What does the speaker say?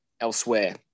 elsewhere